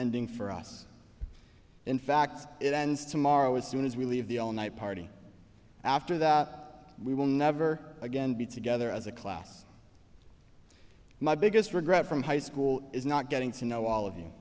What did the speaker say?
ending for us in fact it ends tomorrow as soon as we leave the all night party after that we will never again be together as a class my biggest regret from high school is not getting to know all of you